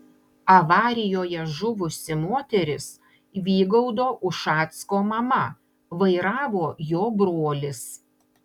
avarijoje žuvusi moteris vygaudo ušacko mama vairavo jo brolis